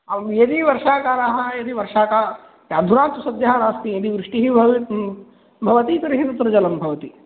यदि वर्षाकालः यदि वर्षाका अधुना तु सद्यः नास्ति यदि वृष्टिः भव भवति तर्हि तत्र जलं भवति